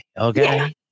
Okay